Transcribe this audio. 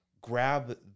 grab